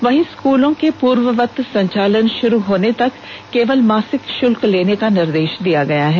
वहीं स्कूलों के पूर्ववत संचालन शुरू होने तक केवल मासिक शुल्क लेने का निर्देष दिया गया है